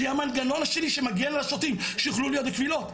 שהיא המנגנון שלי שמגן על השוטרים שיוכלו להיות בקבילות.